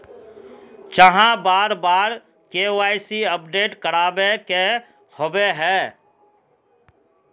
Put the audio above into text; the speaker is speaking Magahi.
चाँह बार बार के.वाई.सी अपडेट करावे के होबे है?